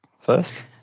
first